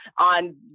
on